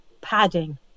padding